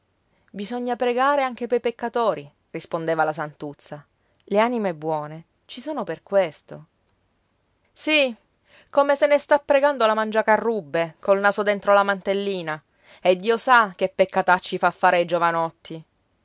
bisogna pregare anche pei peccatori rispondeva la santuzza le anime buone ci sono per questo sì come se ne sta pregando la mangiacarrubbe col naso dentro la mantellina e dio sa che peccatacci fa fare ai giovanotti